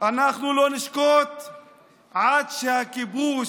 אנחנו לא נשקוט עד שהכיבוש,